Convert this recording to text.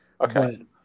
Okay